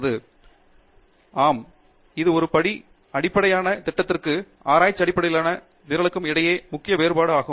பேராசிரியர் ஆண்ட்ரூ தங்கராஜ் ஆமாம் இது ஒரு படிப்பு அடிப்படையிலான திட்டத்திற்கும் ஆராய்ச்சி அடிப்படையிலான நிரலுக்கும் இடையேயான முக்கிய வேறுபாடு ஆகும்